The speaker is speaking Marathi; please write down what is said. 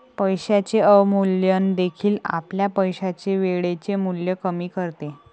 पैशाचे अवमूल्यन देखील आपल्या पैशाचे वेळेचे मूल्य कमी करते